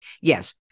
yes